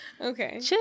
Okay